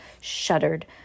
shuddered